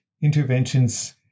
interventions